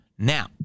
Now